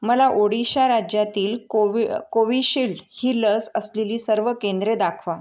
मला ओडिशा राज्यातील कोवि कोविशिल्ड ही लस असलेली सर्व केंद्रे दाखवा